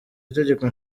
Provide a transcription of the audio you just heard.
itegeko